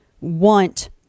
want